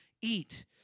eat